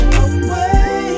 away